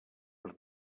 per